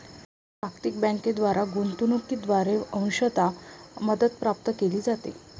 जागतिक बँकेद्वारे गुंतवणूकीद्वारे अंशतः मदत प्राप्त केली जाते